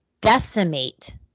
decimate